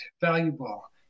valuable